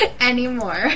Anymore